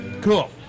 Cool